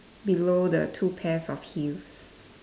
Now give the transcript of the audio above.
below the two pairs of heels